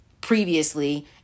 previously